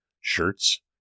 shirts